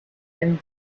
and